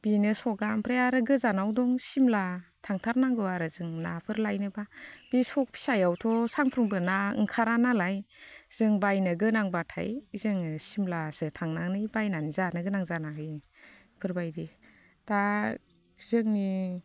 बेनो स'कआ ओमफ्राय आरो गोजानाव दं सिमला थांथारनांगौ आरो जों नाफोर लायनोब्ला बे स'क फिसायावथ' सानफ्रोमबो ना ओंखारा नालाय जों बायनो गोनांबाथाय जोङो सिमलासो थांनानै बायनानै जानो गोनां जानानै फैयो बेफोरबायदि दा जोंनि